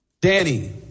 Danny